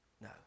No